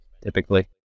typically